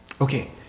Okay